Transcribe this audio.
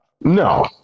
No